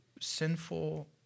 sinful